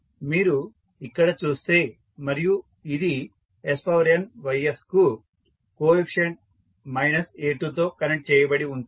మీరు ఇక్కడ చూస్తే మరియు ఇది sny కు కోఎఫీసియంట్ మైనస్ a2 తో కనెక్ట్ చేయబడి ఉంటుంది